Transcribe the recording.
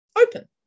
open